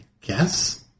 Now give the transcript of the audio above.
guess